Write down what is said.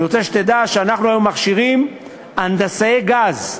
אני רוצה שתדע שאנחנו היום מכשירים הנדסאי גז,